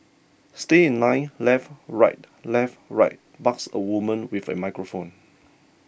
stay in line left right left right barks a woman with a microphone